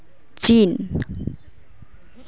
China